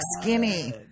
skinny